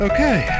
Okay